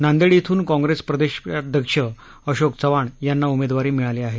नांदेड श्विून काँग्रेस प्रदेशाध्यक्ष अशोक चव्हाण यांना उमेदवारी मिळाली आहे